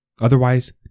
Otherwise